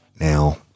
Now